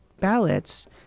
ballots